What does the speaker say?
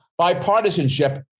bipartisanship